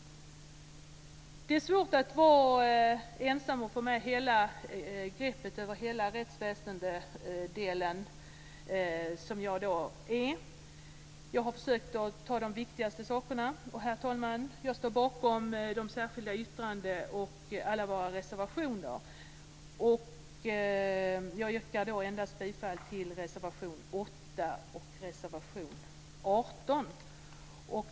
Det är svårt att vara ensam och ta ett grepp över hela rättsväsendet. Jag har försökt att ta upp de viktigaste sakerna. Herr talman! Jag står bakom de särskilda yttrandena och alla våra reservationer. Jag yrkar bifall endast till reservation 8 och reservation 18.